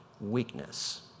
weakness